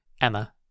Emma